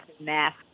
math